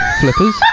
Flippers